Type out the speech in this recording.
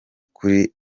kuri